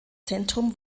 zentrum